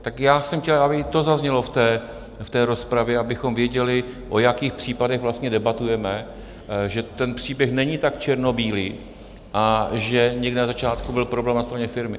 Tak já jsem chtěl, aby to zaznělo v rozpravě, abychom věděli, o jakých případech vlastně debatujeme, že ten příběh není tak černobílý a že někde na začátku byl problém na straně firmy.